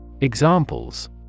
Examples